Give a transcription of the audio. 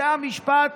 זה המשפט